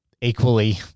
equally